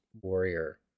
warrior